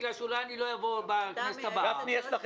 בגלל שאולי אני לא אהיה בכנסת הבאה.